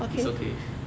it's okay